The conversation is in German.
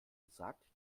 gesagt